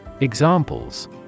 Examples